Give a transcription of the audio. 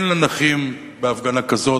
אין לנכים בהפגנה כזאת,